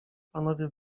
panowie